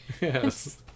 Yes